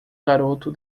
garoto